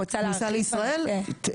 ומאיפה הגעת זה הכל,